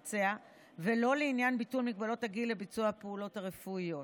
ולא לעניין ביטול מגבלות הגיל לביצוע הפעולות הרפואיות.